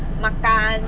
makan